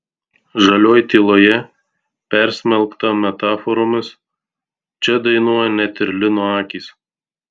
žalioj tyloje persmelkta metaforomis čia dainuoja net ir lino akys